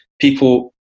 people